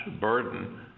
burden